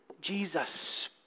Jesus